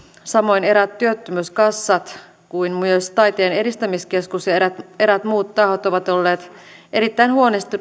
samoin kuin eräät työttömyyskassat ja myös taiteen edistämiskeskus ja eräät eräät muut tahot ovat olleet erittäin